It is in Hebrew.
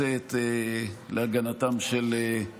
חבל שאתה בוחר לא לצאת להגנתם של רבים,